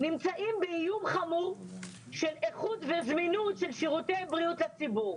הם נמצאים באיום חמור של איכות וזמינות של שירותי בריאות הציבור.